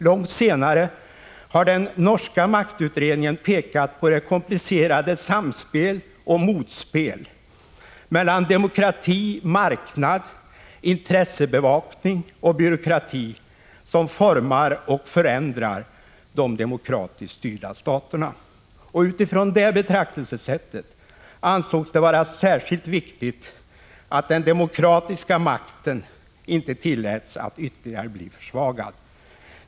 Långt senare har den norska maktutredningen pekat på det komplicerade samspel och motspel mellan demokrati, marknad, intressebevakning och byråkrati som formar och förändrar de demokratiskt styrda staterna. Utifrån detta betraktelsesätt ansågs det vara särskilt viktigt att den demokratiska makten inte tilläts att bli ytterligare försvagad.